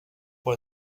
pour